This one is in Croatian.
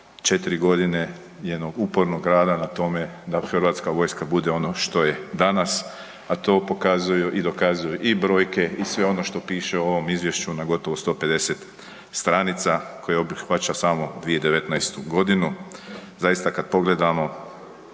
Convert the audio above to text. imali 4 godine jednog upornog rada na tome da Hrvatska vojska bude ono što je danas, a to pokazuju i dokazuju i brojke i sve ono što piše u ovom Izvješću na gotovo 150 stranica koje obuhvaća samo 2109. g. Zaista, kad pogledamo